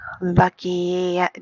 lucky